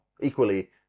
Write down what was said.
equally